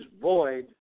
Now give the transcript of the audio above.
void